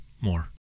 more